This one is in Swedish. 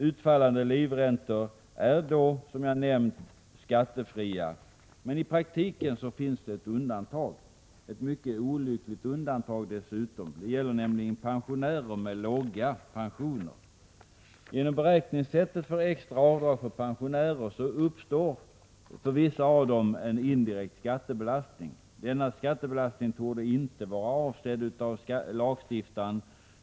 Utfallande livräntor av detta slag är skattefria. I praktiken finns det dock ett undantag — ett mycket olyckligt undantag dessutom. Det gäller nämligen pensionärer med låga pensioner. Genom beräkningssättet för extra avdrag för pensionärer uppstår för vissa pensionärer en indirekt skattebelastning. Denna skattebelastning torde inte vara avsedd av lagstiftaren.